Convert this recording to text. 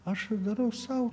aš darau sau